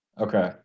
Okay